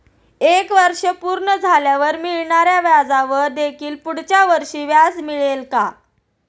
एक वर्ष पूर्ण झाल्यावर मिळणाऱ्या व्याजावर देखील पुढच्या वर्षी व्याज मिळेल का?